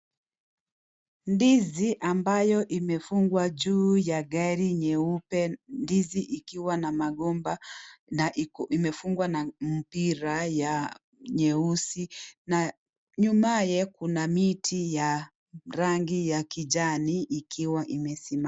Ndizi ambayo imefungwa juu ya gari nyeupe, ndizi ikiwa na magomba na iko imefungwa na mpira ya nyeusi na nyumaye kuna miti ya rangi ya kijani ikiwa imesimama.